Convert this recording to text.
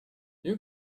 you